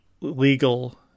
legal